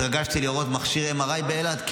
התרגשתי לראות מכשיר MRI באילת.